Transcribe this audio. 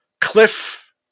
Cliff